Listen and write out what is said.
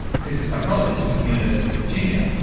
who's a psychologist with the university of virginia,